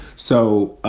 so,